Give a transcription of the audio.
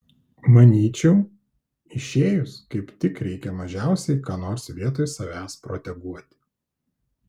manyčiau išėjus kaip tik reikia mažiausiai ką nors vietoj savęs proteguoti